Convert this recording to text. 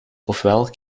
oftewel